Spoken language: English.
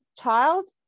child